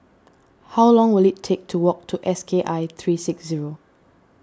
how long will it take to walk to S K I three six zero